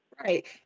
Right